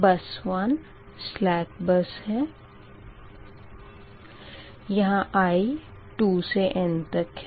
बस 1 सलेक बस है यह i 2 से n तक है